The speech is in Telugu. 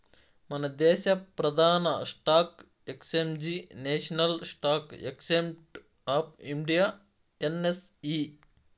మనదేశ ప్రదాన stock exchange national stock exchange of India NSE